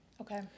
Okay